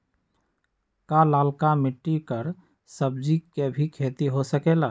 का लालका मिट्टी कर सब्जी के भी खेती हो सकेला?